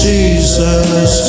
Jesus